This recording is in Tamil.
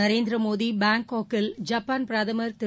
நரேந்திர மோடி பாங்காக்கில் ஜப்பான் பிரதமா் திரு